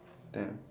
ten